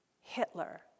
Hitler